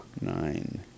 nine